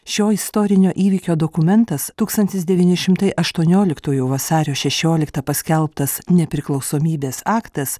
šio istorinio įvykio dokumentas tūkstantis devyni šimtai aštuonioliktųjų vasario šešioliktą paskelbtas nepriklausomybės aktas